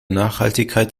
nachhaltigkeit